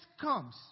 comes